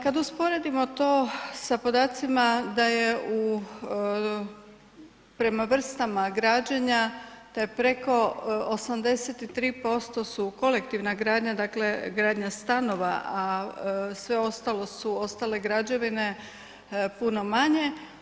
Kad usporedimo to sa podacima da je u, prema vrstama građenja to je preko 83% su kolektivna gradnja, dakle gradnja stanova a sve ostalo su ostale građevine, puno manje.